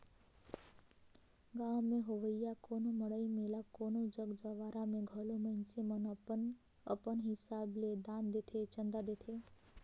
गाँव में होवइया कोनो मड़ई मेला कोनो जग जंवारा में घलो मइनसे मन अपन अपन हिसाब ले दान देथे, चंदा देथे